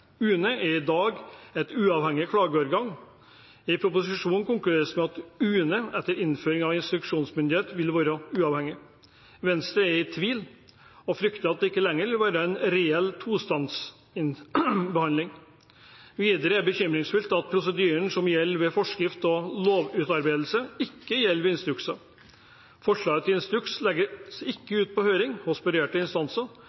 UNE er i dag et uavhengig klageorgan. I proposisjonen konkluderes det med at UNE etter innføring av instruksjonsmyndighet vil være uavhengig. Venstre er i tvil og frykter at det ikke lenger vil være en reell toinstansbehandling. Videre er det bekymringsfullt at prosedyren som gjelder ved forskrift og lovutarbeidelse, ikke gjelder ved instrukser. Forslaget til instruks legges ikke ut på høring hos berørte instanser,